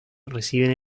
reciben